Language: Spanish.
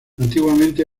antiguamente